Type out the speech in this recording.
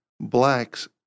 blacks